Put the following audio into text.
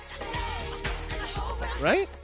Right